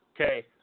Okay